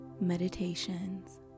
Meditations